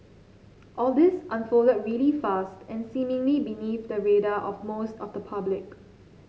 all this unfolded really fast and seemingly beneath the radar of most of the public